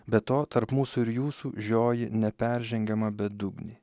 be to tarp mūsų ir jūsų žioji neperžengiama bedugnė